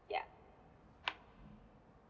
ya